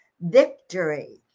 victory